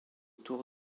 tour